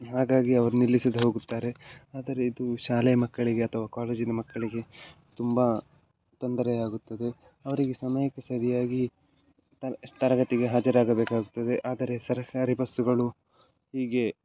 ಹಾಗಾಗಿ ಅವ್ರು ನಿಲ್ಲಿಸದೇ ಹೋಗುತ್ತಾರೆ ಆದರೆ ಇದು ಶಾಲೆ ಮಕ್ಕಳಿಗೆ ಅಥವಾ ಕಾಲೇಜಿನ ಮಕ್ಕಳಿಗೆ ತುಂಬ ತೊಂದರೆಯಾಗುತ್ತದೆ ಅವರಿಗೆ ಸಮಯಕ್ಕೆ ಸರಿಯಾಗಿ ತರಗತಿಗೆ ಹಾಜರಾಗಬೇಕಾಗುತ್ತದೆ ಆದರೆ ಸರಕಾರಿ ಬಸ್ಸುಗಳು ಹೀಗೆ